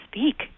speak